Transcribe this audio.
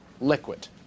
liquid